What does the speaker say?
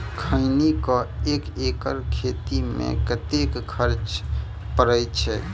खैनी केँ एक एकड़ खेती मे कतेक खर्च परै छैय?